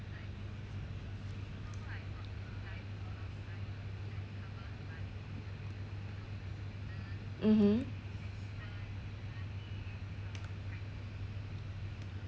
mmhmm